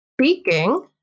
Speaking